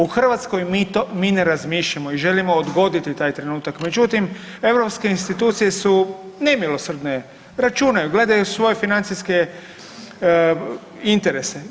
U Hrvatskoj mi to, mi ne razmišljamo i želimo odgoditi taj trenutak, međutim europske institucije su nemilosrdne, računaju, gledaju svoje financijske interese.